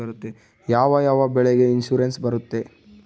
ಯಾವ ಯಾವ ಬೆಳೆಗೆ ಇನ್ಸುರೆನ್ಸ್ ಬರುತ್ತೆ?